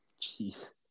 Jeez